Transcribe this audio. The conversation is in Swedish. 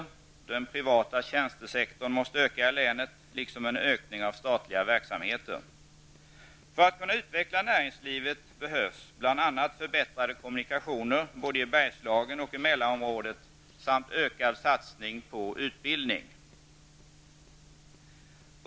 Det måste ske en ökning av den privata tjänstesektorn i länet, liksom en ökning av statliga verksamheter. För att kunna utveckla näringslivet behövs bl.a. förbättrade kommunikationer både i Bergslagen och i Mälarområdet samt en ökad satsning på utbildning.